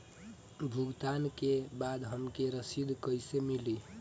भुगतान के बाद हमके रसीद कईसे मिली?